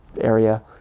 area